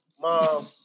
mom